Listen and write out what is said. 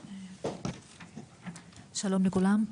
שלום לכולם,